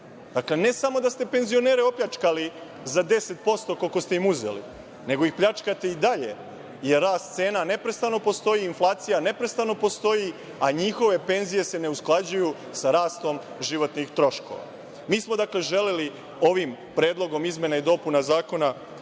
Dakle, ne samo da ste penzionere opljačkali za 10% koliko ste im uzeli, nego ih pljačkate i dalje, jer rast cena neprestano postoji, inflacija neprestano postoji, a njihove penzije se ne usklađuju sa rastom životnih troškova. Mi smo želeli ovim predlogom izmena i dopuna Zakona